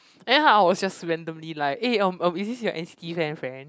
then I was just randomly like eh um um is this your N_C_T fan friend